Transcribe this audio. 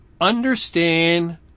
understand